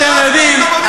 אתם יודעים,